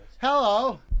hello